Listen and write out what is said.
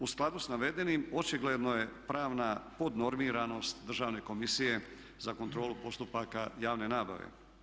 U skladu s navedenim očigledno je pravna podnormiranost Državne komisije za kontrolu postupaka javne nabave.